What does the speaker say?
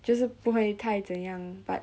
就是不会太怎样 but